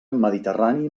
mediterrani